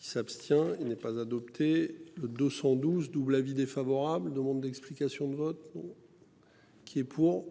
Il s'abstient. Il n'est pas adopté. 212 doubles avis défavorable, demandes d'explications de vote. Qui est pour.